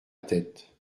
tête